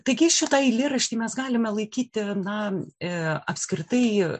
taigi šitą eilėraštį mes galime laikyti na apskritai